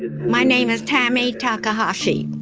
my name is tami takahashi.